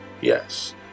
Yes